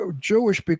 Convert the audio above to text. Jewish